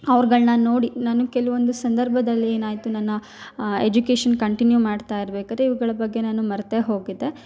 ಅವ್ರ್ಗಳ್ನ ನೋಡಿ ನಾನು ಕೆಲವೊಂದು ಸಂದರ್ಭದಲ್ಲಿ ಏನಾಯಿತು ನನ್ನ ಎಜುಕೇಷನ್ ಕಂಟಿನ್ಯು ಮಾಡ್ತಾ ಇರ್ಬೇಕಾದರೆ ಇವುಗಳ ಬಗ್ಗೆ ನಾನು ಮರ್ತೇ ಹೋಗಿದ್ದೆ